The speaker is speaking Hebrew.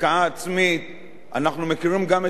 אנחנו מכירים גם את המציאות במדינות אחרות,